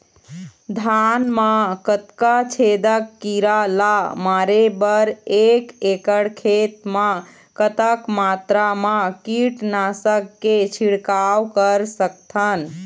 धान मा कतना छेदक कीरा ला मारे बर एक एकड़ खेत मा कतक मात्रा मा कीट नासक के छिड़काव कर सकथन?